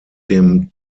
dem